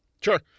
Sure